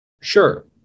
Sure